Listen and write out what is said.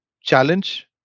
challenge